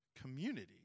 community